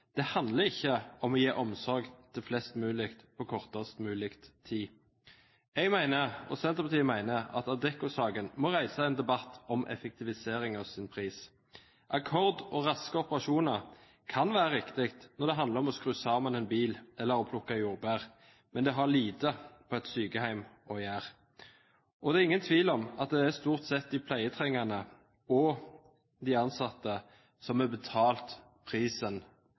Det handler ikke om å gi omsorg til flest mulig på kortest mulig tid. Jeg mener, og Senterpartiet mener, at Adecco-saken må reise en debatt om effektiviseringens pris. Akkord og raske operasjoner kan være riktig når det handler om å skru sammen en bil eller å plukke jordbær, men det har lite på et sykehjem å gjøre. Det er ingen tvil om at det stort sett er de pleietrengende og de ansatte som har betalt